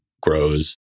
grows